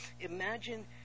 Imagine